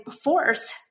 force